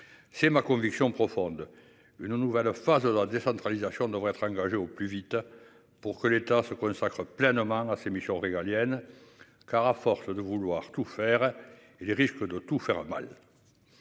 C'est ma conviction profonde. Une nouvelle phase de la décentralisation devraient être engagée au plus vite pour que l'État se consacrent pleinement à ses missions régaliennes, car à force de vouloir tout faire et les risques de tout faire mal.